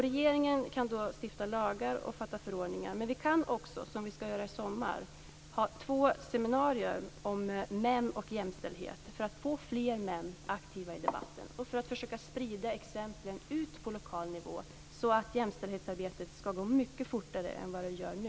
Regeringen kan stifta lagar och fatta beslut om förordningar, men vi kan också ha seminarier - vi skall ha två seminarier i sommar - om män och jämställdhet för att få fler män aktiva i debatten och för att försöka sprida exemplen ut på lokal nivå, så att jämställdhetsarbetet skall gå mycket fortare än vad det gör nu.